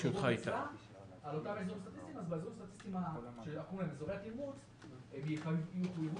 רשתות בעוד כך וכך שנים יהיה